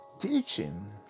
teaching